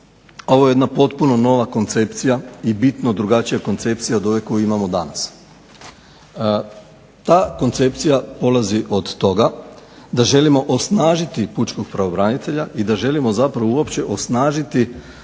ovo je jedna potpuno nova koncepcija i bitno drugačija koncepcija od ove koju imamo danas. Ta koncepcija polazi od toga da želimo osnažiti pučkog pravobranitelja i da želimo zapravo uopće osnažiti